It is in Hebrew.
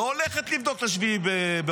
לא הולכת לבדוק את 7 באוקטובר,